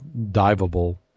diveable